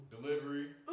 delivery